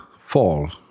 fall